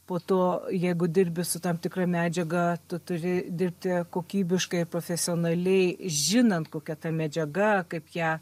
po to jeigu dirbi su tam tikra medžiaga tu turi dirbti kokybiškai ir profesionaliai žinant kokia ta medžiaga kaip ją